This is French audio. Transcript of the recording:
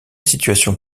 situation